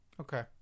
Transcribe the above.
Okay